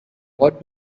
what